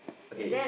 okay